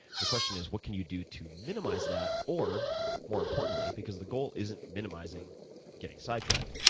the question is what can you do to minimize that or more importantly, because the goal isn't minimizing getting side tracked,